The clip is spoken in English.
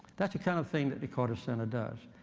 that's the kind of thing that the carter center does.